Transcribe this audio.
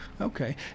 okay